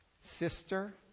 sister